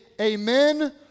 Amen